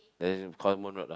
there's a Solomon-Road lah